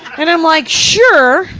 and i'm like, sure,